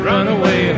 Runaway